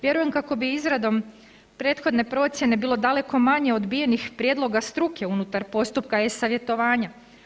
Vjerujem kako bi izradom prethodne procijene bilo daleko manje odbijenih prijedloga struke unutar postupka e-savjetovanja.